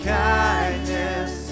kindness